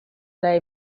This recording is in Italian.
lei